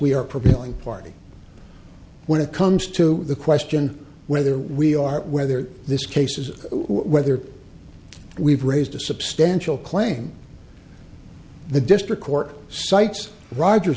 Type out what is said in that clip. we are prevailing party when it comes to the question whether we are whether this case is whether we've raised a substantial claim the district court cites roger